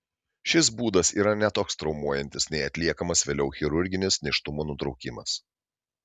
šis būdas yra ne toks traumuojantis nei atliekamas vėliau chirurginis nėštumo nutraukimas